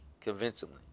convincingly